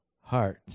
heart